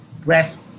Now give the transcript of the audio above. breath